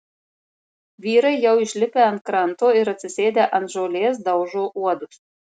vyrai jau išlipę ant kranto ir atsisėdę ant žolės daužo uodus